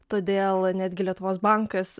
todėl netgi lietuvos bankas